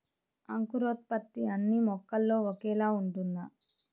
అంకురోత్పత్తి అన్నీ మొక్కల్లో ఒకేలా ఉంటుందా?